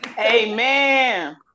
Amen